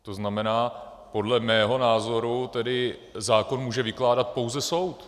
To znamená, podle mého názoru zákon může vykládat pouze soud.